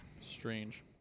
Strange